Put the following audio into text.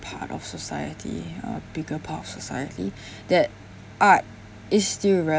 part of society a bigger part of society that art is still